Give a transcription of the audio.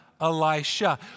Elisha